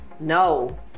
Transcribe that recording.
No